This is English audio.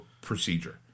procedure